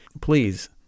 please